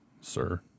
sir